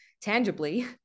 tangibly